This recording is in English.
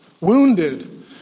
wounded